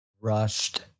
rushed